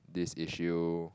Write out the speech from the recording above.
this issue